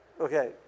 Okay